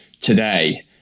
today